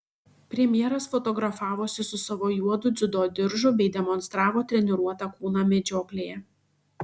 premjeras fotografavosi su savo juodu dziudo diržu bei demonstravo treniruotą kūną medžioklėje